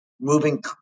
moving